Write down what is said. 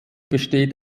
besteht